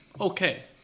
okay